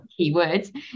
keywords